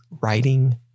writing